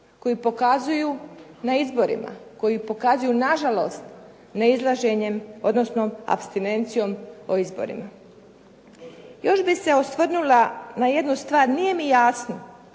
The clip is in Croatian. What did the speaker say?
koji pokazuju na izborima, koji pokazuju nažalost neizlaženjem odnosno apstinencijom o izborima. Još bih se osvrnula na jednu stvar. Nije mi jasno